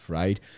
right